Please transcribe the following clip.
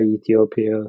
Ethiopia